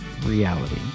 reality